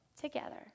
together